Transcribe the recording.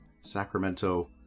Sacramento